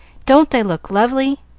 don't they look lovely?